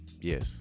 Yes